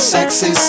Sexy